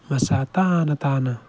ꯃꯆꯥ ꯇꯥꯅ ꯇꯥꯅ